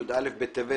י"א בטבת,